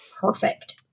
perfect